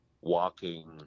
walking